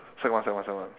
sec one sec one sec one